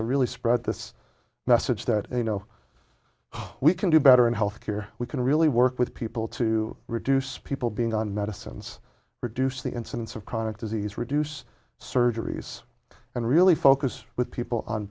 to really spread this message that you know we can do better in health care we can really work with people to reduce people being on medicines reduce the incidence of chronic disease reduce surgeries and really focus with people on